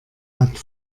hat